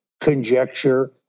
conjecture